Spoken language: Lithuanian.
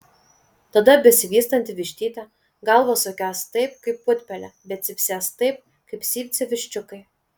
tada besivystanti vištytė galvą sukios taip kaip putpelė bet cypsės taip kaip cypsi viščiukai